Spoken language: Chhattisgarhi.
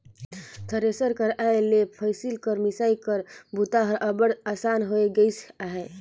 थेरेसर कर आए ले फसिल कर मिसई कर बूता हर अब्बड़ असान होए गइस अहे